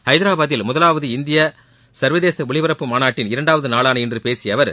ஹைதராபாத்தில் முதலாவது இந்தியா சர்வதேச ஒலிபரப்பு மாநாட்டின் இரண்டாவது நாளான இன்று பேசிய அவர்